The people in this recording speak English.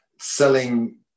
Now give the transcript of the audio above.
selling